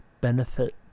benefit